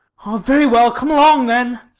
oh, very well! come along then!